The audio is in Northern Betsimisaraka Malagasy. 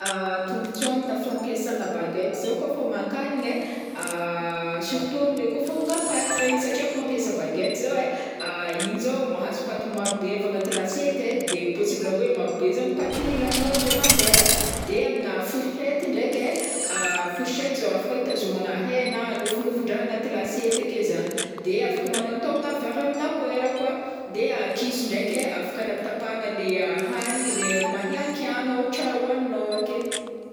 Tombontsoa aminà fampiasagna baguette zao kaofa homan-kanigna surtout am'le kaofa homagna paty regny satria koa mampiasa baguette zao ai igny zao mahazo paty marobe avy agnaty lasiety ai de possible hoe marobe zegny paty laninao indray mandeha de aminà fourchette ndraiky ai fourchette zao afaka itazomagna hena, nofinofin-draha agnaty lasiety ake zany de afaka manaotaomigna vary aminà koera koa de kiso ndraiky ai afaka anapatapahana le a- hanigny le mahiankiagna ohatra hoaninao ake.